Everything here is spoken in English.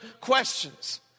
questions